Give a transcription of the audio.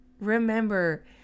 remember